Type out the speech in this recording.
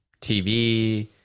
TV